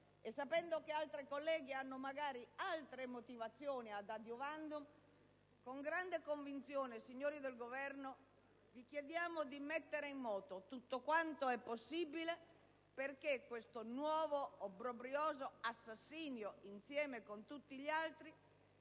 e sapendo che altri colleghi hanno magari altre motivazioni *ad adiuvandum*, con grande convinzione, signori del Governo, vi chiediamo di mettere in moto tutto quanto è possibile affinché questo nuovo obbrobrioso assassino, insieme con tutti gli altri,